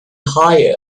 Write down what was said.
higher